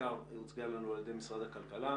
בעיקר היא הוצגה לנו על ידי משרד הכלכלה,